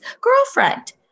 girlfriend